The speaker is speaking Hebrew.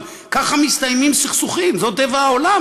אבל ככה מסתיימים סכסוכים, זה טבע העולם.